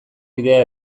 bidea